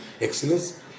Excellence